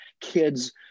kids